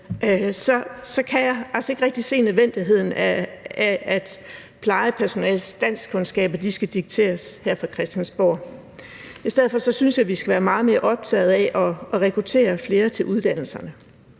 kan jeg altså ikke rigtig se nødvendigheden af, at plejepersonalets danskkundskaber skal dikteres her fra Christiansborg. I stedet for synes jeg, vi skal være meget mere optaget af at rekruttere flere til uddannelserne.